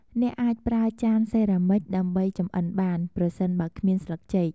អ្នកអាចប្រើចានសេរ៉ាមិចដើម្បីចម្អិនបាន ប្រសិនបើគ្មានស្លឹកចេក។